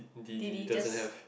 D_D just